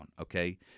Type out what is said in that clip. okay